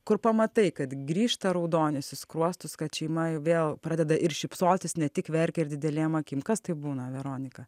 kur pamatai kad grįžta raudonis į skruostus kad šeima vėl pradeda ir šypsotis ne tik verkia ir didelėm akim kas tai būna veronika